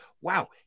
wow